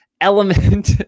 element